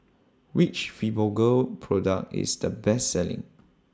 Which Fibogel Product IS The Best Selling